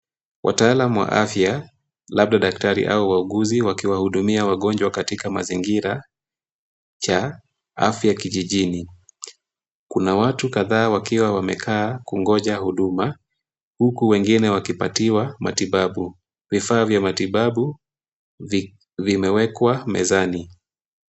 Wataalamu wa afya, labda daktari au wauguzi, wakiwahudumia wagonjwa katika mazingira cha afya, kijijini. Kuna watu kadhaa, wakiwa wamekaa, wakingoja huduma, huku wengine wakipatiwa matibabu. Vifaa vya matibabu vimewekwa mezani.